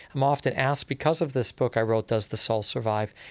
i'm often asked because of this book i wrote, does the soul survive?